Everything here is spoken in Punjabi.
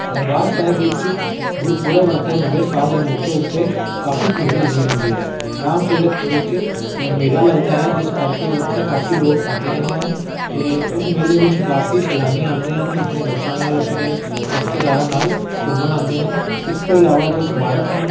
ਦਰਬਾਰ ਸਾਹਿਬ ਵਿੱਚ ਗੁਰਪੁਰਬ ਅਤੇ ਨਵੇਂ ਸਾਲ ਦੇ ਮੌਕੇ ਉੱਤੇ ਕਾਫੀ ਭੀੜ ਲੱਗੀ ਰਹਿੰਦੀ ਹੈ ਰਾਮ ਤੀਰਥ ਵਿੱਚ ਅ ਮੇਲਾ ਲੱਗਦਾ ਹੈ ਜਿਸ ਕਰਕੇ ਉੱਥੇ ਕਾਫੀ ਲੋਕ ਆਉਂਦੇ ਰਹਿੰਦੇ ਹਨ ਅਤੇ ਉਸ ਮੇਲੇ ਵਿੱਚ ਕਾਫੀ ਸੈਲਾਨੀ ਆਉਂਦੇ ਹਨ ਆਪਣੇ ਬੱਚਿਆਂ ਨਾਲ ਆਪਣੇ ਰਿਸ਼ਤੇਦਾਰਾਂ ਨਾਲ ਘੁੰਮਣ ਆਉਂਦੇ ਹਨ ਇਸ ਤੋਂ ਇਲਾਵਾ ਜੋ ਸਮਾਰਕ ਹਨ